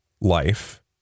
life